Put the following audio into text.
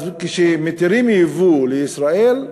אז כשמתירים יבוא לישראל,